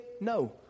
No